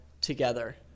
together